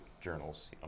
journals